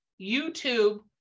YouTube